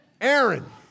Aaron